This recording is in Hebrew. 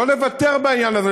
לא נוותר בעניין הזה.